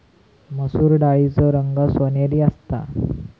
मसुर डाळीचो रंग सोनेरी असता